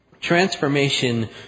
Transformation